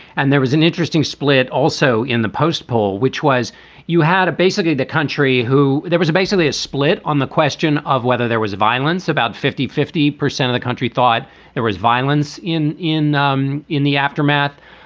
and there was an interesting split also in the post poll, which was you had a basically the country who there was a basically a split on the question of whether there was violence. about fifty, fifty percent of the country thought there was violence in in um in the aftermath.